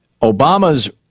obama's